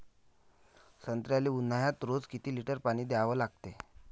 संत्र्याले ऊन्हाळ्यात रोज किती लीटर पानी द्या लागते?